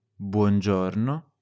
Buongiorno